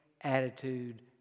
attitude